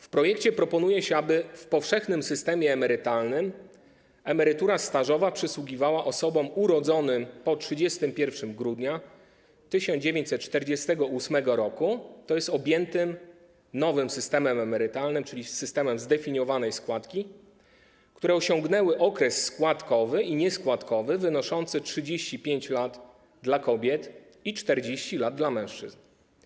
W projekcie proponuje się, aby w powszechnym systemie emerytalnym emerytura stażowa przysługiwała osobom urodzonym po 31 grudnia 1948 r., tj. objętym nowym systemem emerytalnym, czyli systemem zdefiniowanej składki, które osiągnęły okres składkowy i nieskładkowy wynoszący 35 lat dla kobiet i 40 lat dla mężczyzn.